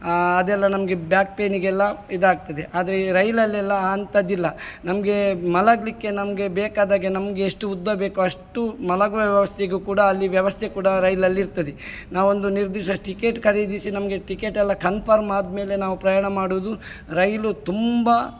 ಅದೆಲ್ಲ ನಮಗೆ ಬ್ಯಾಕ್ ಪೇಯ್ನಿಗೆಲ್ಲ ಇದಾಗ್ತದೆ ಆದರೆ ರೈಲಲ್ಲೆಲ್ಲ ಅಂಥದ್ದಿಲ್ಲ ನಮಗೆ ಮಲಗಲಿಕ್ಕೆ ನಮಗೆ ಬೇಕಾದಾಗೆ ನಮ್ಗೆ ಎಷ್ಟು ಉದ್ದ ಬೇಕೋ ಅಷ್ಟು ಮಲಗುವ ವ್ಯವಸ್ಥೆಗೂ ಕೂಡ ಅಲ್ಲಿ ವ್ಯವಸ್ಥೆ ಕೂಡ ರೈಲಲ್ಲಿ ಇರ್ತದೆ ನಾವೊಂದು ನಿರ್ದಿಷ್ಟ ಟಿಕೆಟ್ ಖರೀದಿಸಿ ನಮಗೆ ಟಿಕೆಟೆಲ್ಲ ಕನ್ಫರ್ಮ್ ಆದ ಮೇಲೆ ನಾವು ಪ್ರಯಾಣ ಮಾಡೋದು ರೈಲು ತುಂಬ